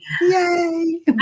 Yay